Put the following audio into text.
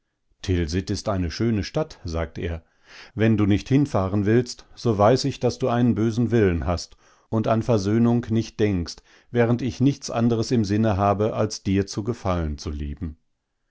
tilsit ist eine schöne stadt sagt er wenn du nicht hinfahren willst so weiß ich daß du einen bösen willen hast und an versöhnung nicht denkst während ich nichts anderes im sinne habe als dir zu gefallen zu leben